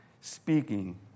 speaking